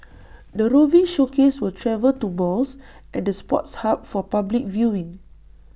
the roving showcase will travel to malls and the sports hub for public viewing